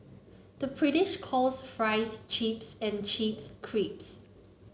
the British calls fries chips and chips crisps